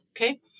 okay